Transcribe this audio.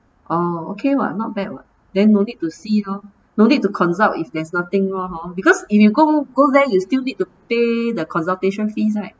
oh okay [what] not bad [what] then no need to see lor no need to consult if there's nothing wrong hor because if you go go there you still need to pay the consultation fees right